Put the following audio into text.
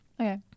Okay